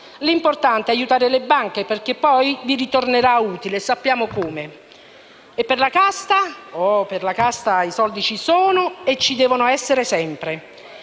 L'importante è aiutare le banche, perché poi vi ritornerà utile e sappiamo come. E per la casta? Oh, per la casta i soldi ci sono e ci devono essere sempre.